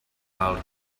parle